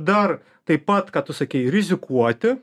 dar taip pat ką tu sakei rizikuoti